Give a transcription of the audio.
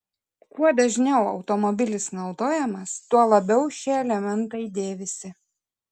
kuo dažniau automobilis naudojamas tuo labiau šie elementai dėvisi